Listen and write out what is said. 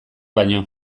baino